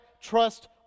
trust